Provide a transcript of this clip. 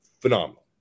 Phenomenal